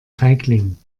feigling